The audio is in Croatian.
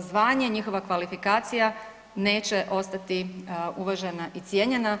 zvanje, njihova kvalifikacija neće ostati uvažena i cijenjena.